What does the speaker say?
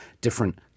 different